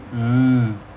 mm